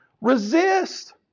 Resist